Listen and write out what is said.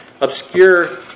obscure